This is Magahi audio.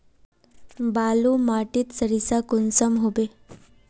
बालू माटित सारीसा कुंसम होबे?